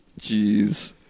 Jeez